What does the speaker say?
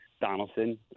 Donaldson